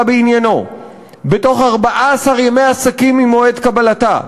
בעניינו בתוך 14 ימי עסקים ממועד קבלתה,